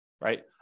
right